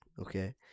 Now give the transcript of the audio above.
Okay